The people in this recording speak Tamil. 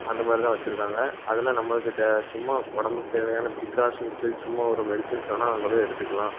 அந்த மாதிரி தான் வச்சிருக்காங்க அதில் நம்மளுக்கு தே சும்மா உடம்புக்கு தேவையான ப்ரீக்காஷன்ஸு சும்மா ஒரு மெடிஷன்ஸ் வேணுணா அங்கே போய் எடுத்துக்கலாம்